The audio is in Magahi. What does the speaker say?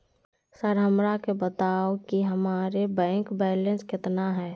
सर हमरा के बताओ कि हमारे बैंक बैलेंस कितना है?